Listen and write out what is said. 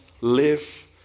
live